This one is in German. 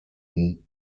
ihn